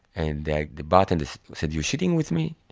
and the the bartender said, you shitting with me?